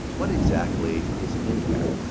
what exactly is in there?